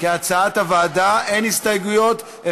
כהצעת הוועדה, אין הסתייגויות.